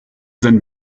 sein